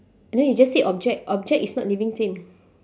and then you just say object object is not living thing